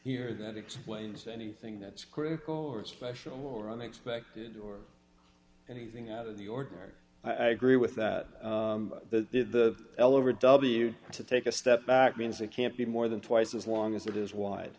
here that explains anything that's critical or special or unexpected or anything out of the ordinary i agree with that the l over w to take a step back means it can't be more than twice as long as it is wide